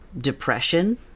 depression